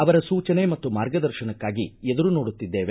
ಅವರ ಸೂಚನೆ ಮತ್ತು ಮಾರ್ಗದರ್ಶನಕ್ಕಾಗಿ ಎದುರು ನೋಡುತ್ತಿದ್ದೇವೆ